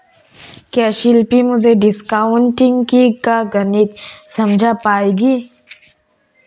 क्या शिल्पी मुझे डिस्काउंटिंग का गणित समझा पाएगी?